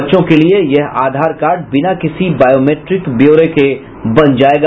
बच्चों के लिए यह आधार कार्ड बिना किसी बायोमेट्रिक ब्योरे के बन जायेगा